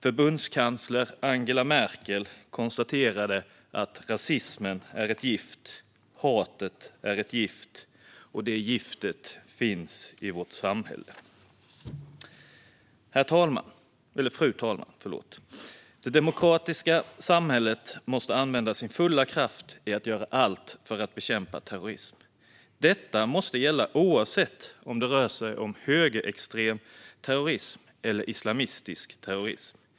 Förbundskansler Angela Merkel konstaterade: Rasismen är ett gift. Hatet är ett gift. Det giftet finns i vårt samhälle. Fru talman! Det demokratiska samhället måste använda sin fulla kraft och göra allt för att bekämpa terrorism. Det måste gälla oavsett om det rör sig om högerextrem terrorism eller islamistisk terrorism.